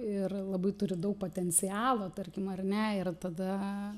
ir labai turi daug potencialo tarkim ar ne ir tada